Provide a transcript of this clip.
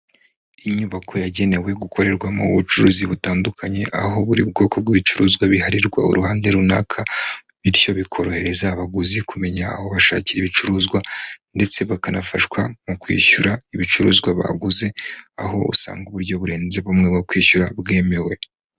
Inyubako yagenewe gukorerwamo ubucuruzi butandukanye, aho buri bwoko bw'ibicuruzwa biharirwa uruhande runaka, bityo bikorohereza abaguzi kumenya aho bashakira ibicuruzwa ndetse bakanafashwa mu kwishyura ibicuruzwa baguze, aho usanga uburyo burenze bumwe bwo kwishyura bwemewe.